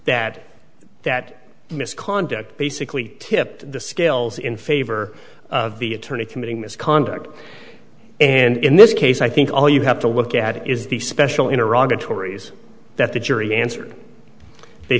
that that misconduct basically tipped the scales in favor of the attorney committing misconduct and in this case i think all you have to look at is the special iraq tori's that the jury answered they